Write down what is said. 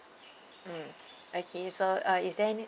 mm okay so uh is there any